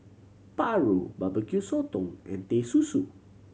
paru Barbecue Sotong and Teh Susu